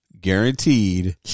guaranteed